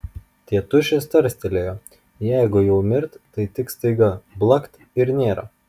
tėtušis tarstelėjo jeigu jau mirt tai tik staiga blakt ir nėra